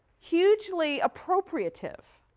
hugely appropriative.